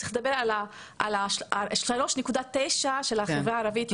צריך לדבר על ה- 3.9% של החברה הערבית.